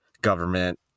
government